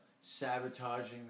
sabotaging